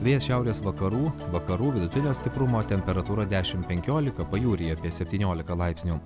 vėjas šiaurės vakarų vakarų vidutinio stiprumo temperatūra dešimt penkiolika pajūryje apie septyniolika laipsnių